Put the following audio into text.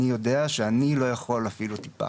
אני יודע שאני לא יכול אפילו טיפה.